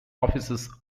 offices